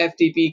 FTP